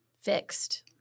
fixed